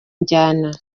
njyana